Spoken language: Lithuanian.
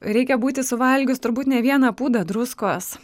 reikia būti suvalgius turbūt ne vieną pūdą druskos